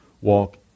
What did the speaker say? walk